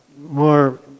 more